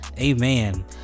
Amen